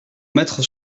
mettre